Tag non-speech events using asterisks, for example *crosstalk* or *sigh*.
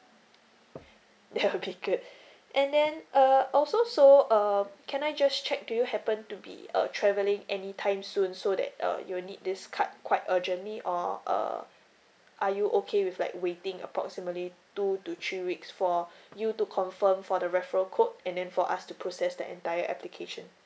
that will be good *breath* and then uh also so uh can I just check do you happen to be err travelling any time soon so that uh you'll need this card quite urgently or uh are you okay with like waiting approximately two to three weeks for *breath* you to confirm for the referral code and then for us to process the entire application